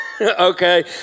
Okay